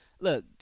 look